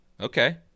Okay